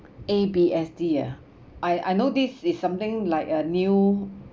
A_B_S_D ah I I know this is something like a new